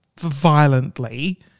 violently